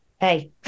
Hey